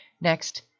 Next